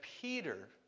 Peter